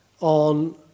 on